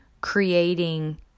creating